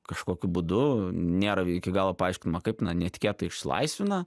kažkokiu būdu nėra iki galo paaiškinama kaip na netikėtai išlaisvina